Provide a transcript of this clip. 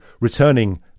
returning